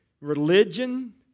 Religion